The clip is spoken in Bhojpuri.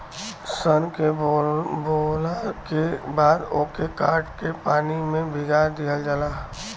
सन के बोवला के बाद ओके काट के पानी में भीगा दिहल जाला